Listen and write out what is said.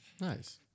Nice